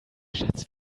schatz